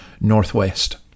Northwest